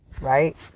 right